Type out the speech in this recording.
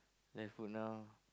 Leftfoot now